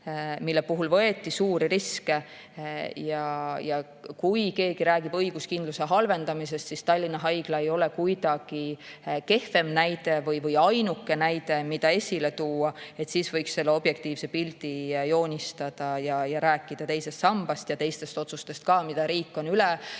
mille puhul võeti suuri riske. Kui keegi räägib õiguskindluse vähendamisest, siis Tallinna Haigla ei ole kuidagi [hullem] näide või ainuke näide, mida esile tuua. Siis võiks joonistada objektiivse pildi ja rääkida teisest sambast ja ka teistest otsustest, mida riik on ümber